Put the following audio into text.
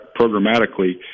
programmatically